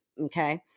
Okay